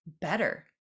better